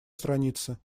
странице